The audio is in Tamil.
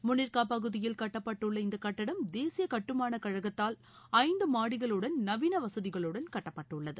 முனிர்கா பகுதியில் கட்டப்பட்டுள்ள இந்தக் கட்டடம் தேசிய கட்டுமான கழகத்தால் ஐந்து மாடிகளுடன் நவீன வசதிகளுடன் கட்டப்பட்டுள்ளது